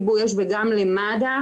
כמובן שנשמח מאוד לקבל, אם יש צפי של זמנים,